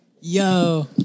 Yo